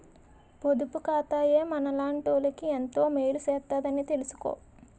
పొదుపు ఖాతాయే మనలాటోళ్ళకి ఎంతో మేలు సేత్తదని తెలిసుకో